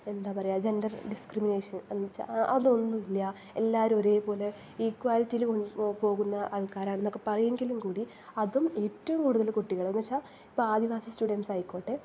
എന്താണ് പറയുക gender discrimination എന്ന് വച്ചാൽ അതൊന്നും ഇല്ല എല്ലാവരും ഒരേ പോലെ ഇക്വാളിലിറ്റിയിൽ പോകുന്ന ആൾക്കാരാണെന്ന് ഒക്കെ പറയുമെങ്കിലും കൂടി അതും ഏറ്റവും കൂടുതൽ കുട്ടികളെന്ന് വച്ചാൽ ഇപ്പം ആദിവാസി സ്റ്റുഡൻസായിക്കോട്ടെ